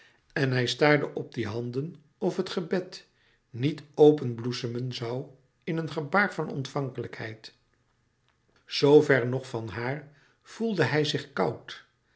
en hij staarde op die handen of het gebed niet openbloesemen zoû in een gebaar van ontvankelijkheid z ver nog van haar voelde hij zich koud